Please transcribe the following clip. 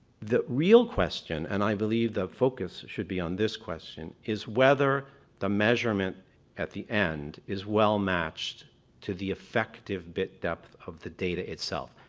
the real question, and i believe the focus should be on this question, is whether the measurement at the end is well matched to the effective bit depth of the data itself.